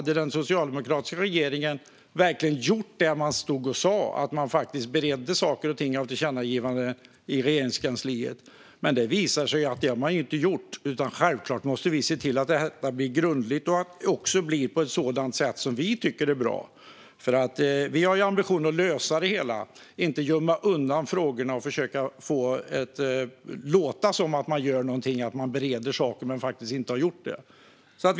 Den socialdemokratiska regeringen sa att saker och ting i tillkännagivanden bereddes i Regeringskansliet, men det visade sig att man inte hade gjort det. Självklart måste vi nu se till att detta görs grundligt och på ett sätt som vi tycker är bra. För vi har ambitionen att lösa det hela och inte gömma undan frågorna och bara försöka få det att låta som att vi gör någonting - som att man bereder något när det sedan visar sig att man faktiskt inte har gjort det.